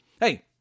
hey